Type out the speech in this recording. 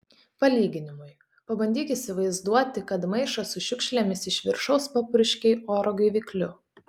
palyginimui pabandyk įsivaizduoti kad maišą su šiukšlėmis iš viršaus papurškei oro gaivikliu